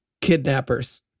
kidnappers